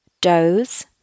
doze